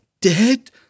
dead